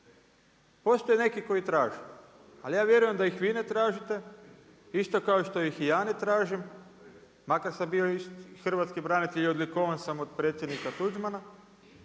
postoji neki koji traže, ali ja vjerujem da ih vi ne tražite, isto kao što ih i ja ne tražim makar sam bio hrvatski branitelj i odlikovan sam od predsjednika Tuđmana